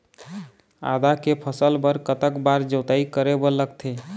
आदा के फसल बर कतक बार जोताई करे बर लगथे?